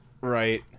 Right